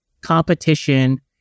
Competition